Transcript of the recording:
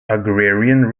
agrarian